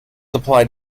applied